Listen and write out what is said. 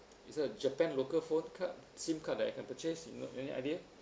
is there a japan local phone card SIM card that I can purchase you know any idea